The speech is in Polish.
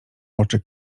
oczy